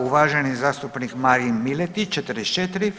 Uvaženi zastupnik Marin Miletić 44.